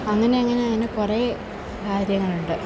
അങ്ങനെയങ്ങനെ അങ്ങനെ പിന്നെ കുറെ കാര്യങ്ങളുണ്ട്